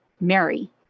Mary